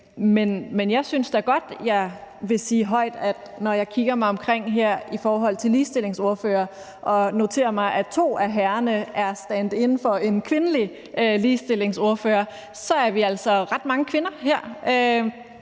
at jeg vil sige højt, når jeg kigger mig omkring her i forhold til ligestillingsordførere og noterer mig, at to af herrerne er standin for en kvindelig ligestillingsordfører, at så er vi altså ret mange kvinder i